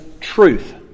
truth